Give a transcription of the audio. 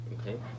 Okay